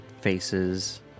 faces